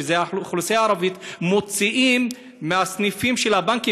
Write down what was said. שזו האוכלוסייה הערבית מוציאים מהסניפים של הבנקים,